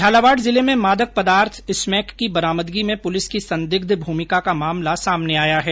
झालावाड़ जिले में मादक पदार्थ स्मैक की बरामदगी में पुलिस की संदिग्ध भूमिका का मामला सामने आया है